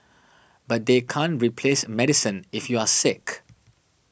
but they can't replace medicine if you're sick